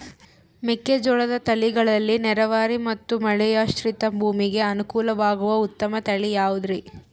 ಮೆಕ್ಕೆಜೋಳದ ತಳಿಗಳಲ್ಲಿ ನೇರಾವರಿ ಮತ್ತು ಮಳೆಯಾಶ್ರಿತ ಭೂಮಿಗೆ ಅನುಕೂಲವಾಗುವ ಉತ್ತಮ ತಳಿ ಯಾವುದುರಿ?